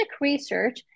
research